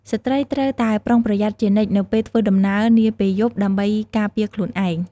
ស្ត្រីត្រូវតែប្រុងប្រយ័ត្នជានិច្ចនៅពេលធ្វើដំណើរនាពេលយប់ដើម្បីការពារខ្លួនឯង។